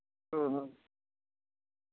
ᱦᱩᱸ ᱦᱩᱸ